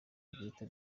bwite